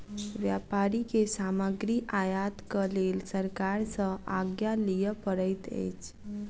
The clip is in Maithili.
व्यापारी के सामग्री आयातक लेल सरकार सॅ आज्ञा लिअ पड़ैत अछि